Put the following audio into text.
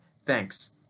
Thanks